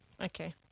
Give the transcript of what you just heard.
Okay